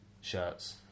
shirts